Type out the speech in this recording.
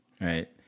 right